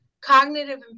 cognitive